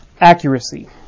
accuracy